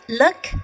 look